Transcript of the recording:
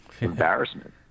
embarrassment